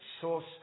source